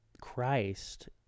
Christ